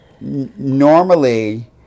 Normally